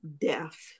death